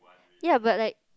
ya but like